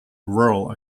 rural